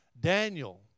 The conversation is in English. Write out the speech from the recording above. Daniel